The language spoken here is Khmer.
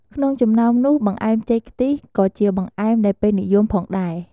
ក្នុងចំណោមនោះបង្អែម ចេកខ្ទិះក៏ជាបង្អែមដែលពេញនិយមផងដែរ។